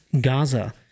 Gaza